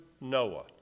Noah